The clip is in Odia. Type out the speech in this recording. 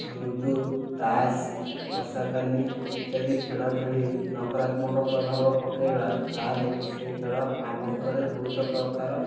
ଲୁଡୁ ତାସ୍ ପଶାପାଲି ଇତ୍ୟାଦି ଖେଳ ଖେଳି ନକାରାତ୍ମକ ପ୍ରଭାବ ପକାଇବା ତା'ହେଲେ ସେ ଖେଳ ଆମ ଉପରେ ବହୁତ ପ୍ରକାର